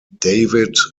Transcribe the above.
david